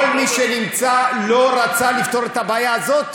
כל מי שנמצא לא רצה לפתור את הבעיה הזאת,